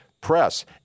press